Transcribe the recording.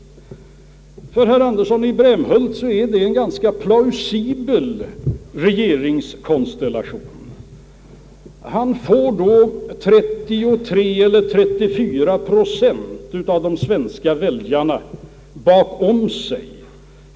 För herr Andersson är det en ganska plausibel regeringskonstellation. Han får då 33 eller 34 procent av de svenska väljarna bakom sig.